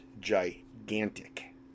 gigantic